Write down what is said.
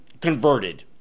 converted